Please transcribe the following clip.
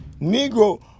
Negro